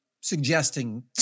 suggesting